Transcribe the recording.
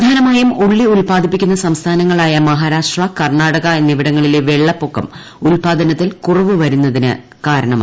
പ്രധാനമായും ഉള്ളി ഉൽപാദിപ്പിക്കുന്ന സംസ്ഥാനങ്ങളായ മഹാരാഷ്ട്ര കർണ്ണാടക എന്നിവിടങ്ങളിലെ വെള്ളപ്പൊക്കം ഉൽപ്പാദനത്തിൽ കുറവ് വരുന്നതിന് കാരണമായി